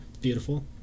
beautiful